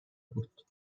بود